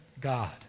God